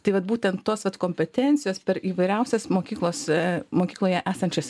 tai vat būtent tos kompetencijos per įvairiausias mokyklose mokykloje esančias